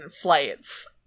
flights